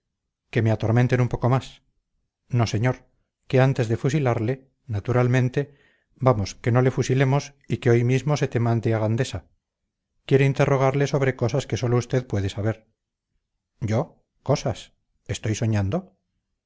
que que me atormenten un poco más no señor que antes de fusilarle naturalmente vamos que no le fusilemos y que hoy mismo se te mande a gandesa quiere interrogarle sobre cosas que sólo usted puede saber yo cosas estoy soñando